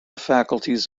faculties